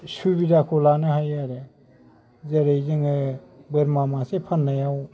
सुबिदाखौ लानो हायो आरो जेरै जोङो बोरमा मासे फाननायाव